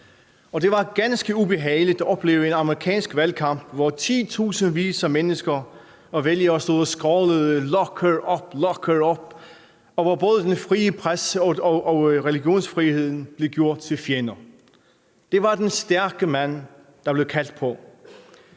Det var ganske ubehageligt at opleve en amerikansk valgkamp, hvor titusindvis af mennesker og vælgere stod og skrålede »lock her up«, og hvor både den frie presse og religionsfriheden blev gjort til fjender. Det var den stærke mand, der blev kaldt på.